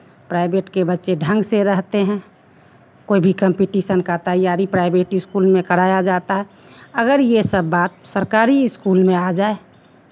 private के बच्चे ढंग से रहते हैं कोई भी कंपिटीशन का तैयारी प्राइवेट स्कूल में कराया जाता है अगर ये सब बात सरकारी स्कूल में आ जाए